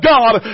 God